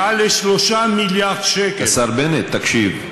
מעל 3 מיליארד שקל, השר בנט, תקשיב.